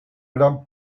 gran